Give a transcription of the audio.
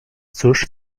cóż